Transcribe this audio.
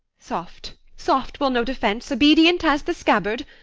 soft, soft! we'll no defence obedient as the scabbard.